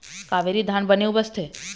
कावेरी धान बने उपजथे?